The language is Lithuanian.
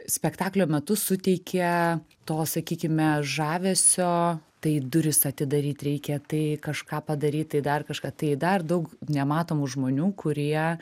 spektaklio metu suteikia to sakykime žavesio tai duris atidaryt reikia tai kažką padaryt tai dar kažką tai dar daug nematomų žmonių kurie